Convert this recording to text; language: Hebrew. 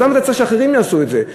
אז למה אתה צריך שאחרים יעשו את זה?